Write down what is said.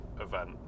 event